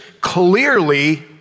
clearly